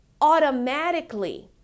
automatically